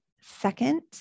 Second